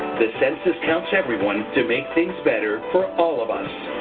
the census counts everyone to make things better for all of us.